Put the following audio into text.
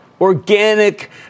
organic